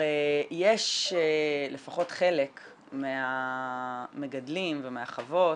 הרי יש לפחות חלק מהמגדלים ומהחוות